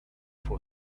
for